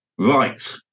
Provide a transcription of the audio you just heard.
Right